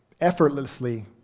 effortlessly